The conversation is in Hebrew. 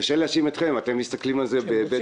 קשה להאשים אתכם אתם מסתכלים על זה בהיבט